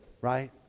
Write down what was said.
right